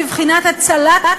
כאילו זאת מדינה טוטליטרית.